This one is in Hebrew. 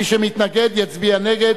מי שמתנגד, יצביע נגד.